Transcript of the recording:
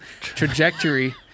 trajectory